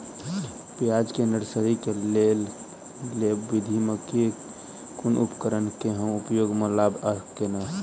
प्याज केँ नर्सरी केँ लेल लेव विधि म केँ कुन उपकरण केँ हम उपयोग म लाब आ केना?